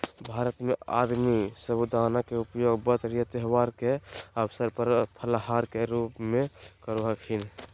भारत में आदमी साबूदाना के उपयोग व्रत एवं त्यौहार के अवसर पर फलाहार के रूप में करो हखिन